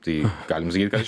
tai galim sakyt